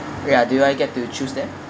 ya do I get to choose them